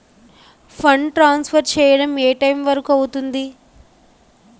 Fund transfer చేయడం ఏ time వరుకు అవుతుంది?